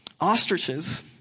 Ostriches